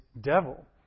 devil